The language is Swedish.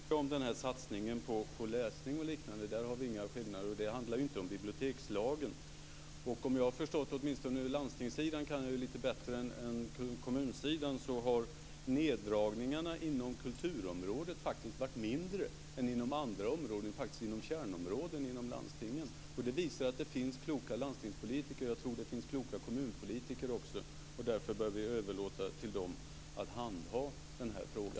Fru talman! Vi är helt eniga om satsningen på läsning och liknande. Där finns det inga skillnader. Det handlar inte om bibliotekslagen. Landstingssidan kan jag lite bättre än kommunsidan. Om jag har förstått det rätt har neddragningarna inom kulturområdet faktiskt varit mindre än inom andra områden - kärnområden - inom landstingen. Det visar att det finns kloka landstingspolitiker. Jag tror att det finns kloka kommunpolitiker också. Därför bör vi överlåta till dem att handha denna fråga.